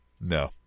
no